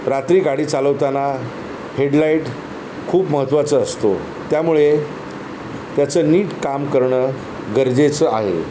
रात्री गाडी चालवताना हेडलाईट खूप महत्त्वाचं असतो त्यामुळे त्याचं नीट काम करणं गरजेचं आहे